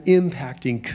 impacting